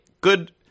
good